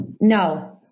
No